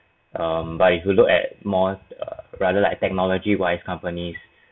um but if you look at more rather like technology wise companies